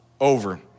over